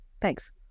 thanks